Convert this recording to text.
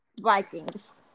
Vikings